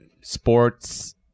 sports